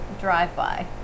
drive-by